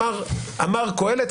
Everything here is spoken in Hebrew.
אמר קהלת,